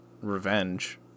revenge